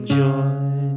joy